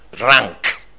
rank